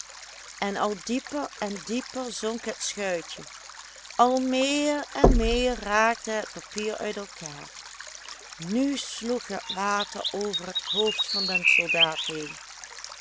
en al dieper en dieper zonk het schuitje al meer en meer raakte het papier uit elkaar nu sloeg het water over het hoofd van den soldaat